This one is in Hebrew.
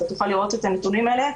אתה תוכל לראות את הנתונים האלה.